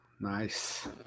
Nice